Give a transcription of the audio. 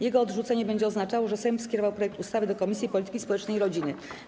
Jego odrzucenie będzie oznaczało, że Sejm skierował projekt ustawy do Komisji Polityki Społecznej i Rodziny.